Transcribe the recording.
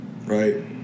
right